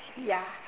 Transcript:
ya